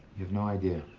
you have no idea?